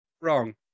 Wrong